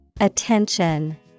Attention